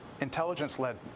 intelligence-led